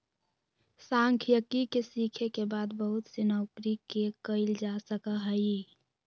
सांख्यिकी के सीखे के बाद बहुत सी नौकरि के कइल जा सका हई